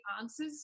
answers